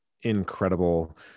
incredible